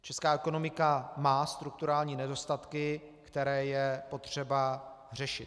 Česká ekonomika má strukturální nedostatky, které je potřeba řešit.